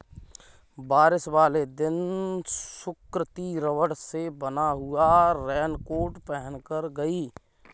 बारिश वाले दिन सुकृति रबड़ से बना हुआ रेनकोट पहनकर गई